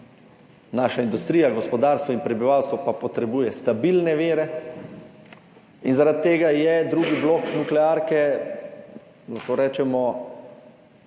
Naši industrija, gospodarstvo in prebivalstvo pa potrebujejo stabilne vire. Zaradi tega je drugi blok nuklearke, lahko rečemo,